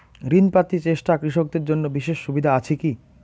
ঋণ পাতি চেষ্টা কৃষকদের জন্য বিশেষ সুবিধা আছি কি?